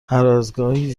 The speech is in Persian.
هرازگاهی